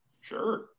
sure